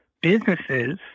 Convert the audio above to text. businesses